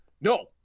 no